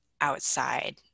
outside